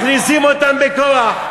מכניסים אותם בכוח.